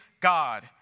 God